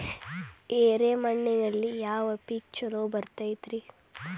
ಎರೆ ಮಣ್ಣಿನಲ್ಲಿ ಯಾವ ಪೇಕ್ ಛಲೋ ಬರತೈತ್ರಿ?